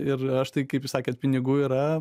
ir aš tai kaip jūs sakėt pinigų yra